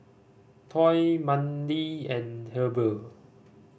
Toy Mandie and Heber